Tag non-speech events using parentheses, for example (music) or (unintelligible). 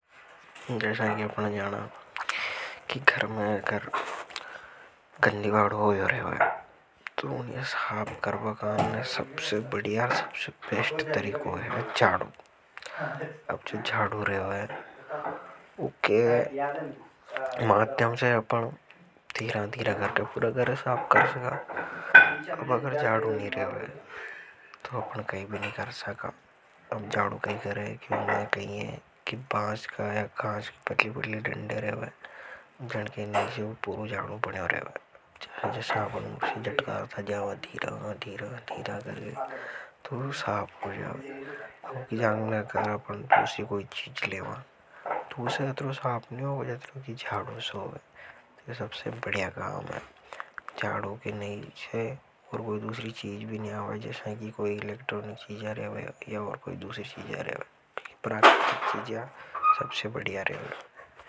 जसा की अपन जाना कि घर में एक घर गंड़ीबाड़ होयो रेवे े है तो उन्हें साफ करवकान में सबसे बढ़ियार सबसे बेस्ट तरीको है झाड़ू अब जो झाड़ू रेवे उके। माध्यम से अपना धीरा धीरा करके पूरा घर साप कर सका। अब अगर, (noise) तो अपने कहीं भी (noise) वैं, जाड़ो के नहीं से पूरो जाड़ो बने और रहे वैं, जैसे-जैसे आपने मुझे जटकार था जावा धीरा थीरा थीरा कर ले, तो भी। (unintelligible) इलेक्ट्रोनिक चीजा रहा है या और कोई दूसरी चीजा रहा है प्राक्टिक चीजा सबसे बढ़िया रहा है।